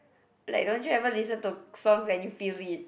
like don't you ever listen to songs and you feel it